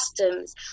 customs